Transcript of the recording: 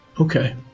Okay